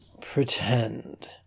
Pretend